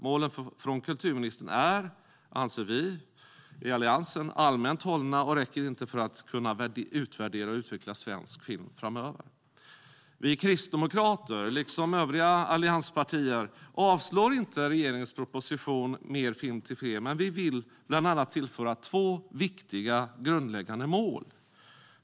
Målen från kulturministern är, anser vi i Alliansen, allmänt hållna och räcker inte för att man ska kunna utvärdera och utveckla svensk film framöver. Vi kristdemokrater, liksom övriga allianspartier, avslår inte regeringens proposition Mer film till fler , men vi vill bland annat tillföra två viktiga, grundläggande mål.